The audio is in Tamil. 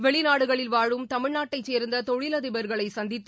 வெளிநாடுகளில் வாழும் தமிழ் நாட்டைச் சேர்ந்த தொழிலதிபர்களை சந்தித்து